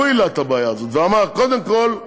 הוא העלה את הבעיה הזאת ואמר: קודם כול,